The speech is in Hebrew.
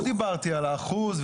לא דיברתי על האחוז,